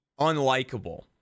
unlikable